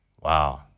Wow